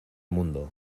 mundo